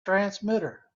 transmitter